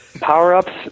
power-ups